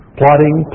plotting